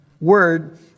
word